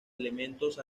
elementos